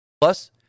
Plus